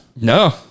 No